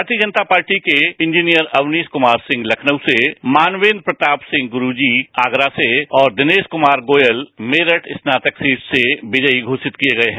भारतीय जनता पार्टी के इंजीनियर अवनीश कुमार सिंह लखनऊ से मानवेंद्र प्रताप सिंह गुरुजी आगरा से और दिनेश कुमार गोयल मेरठ स्नातक सीट से विजयी र्यावित किए गए हैं